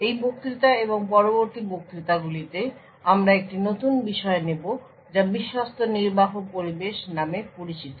এই বক্তৃতা এবং পরবর্তী বক্তৃতাগুলিতে আমরা একটি নতুন বিষয় নেব যা বিশ্বস্ত নির্বাহ পরিবেশ নামে পরিচিত